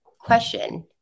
Question